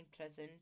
prison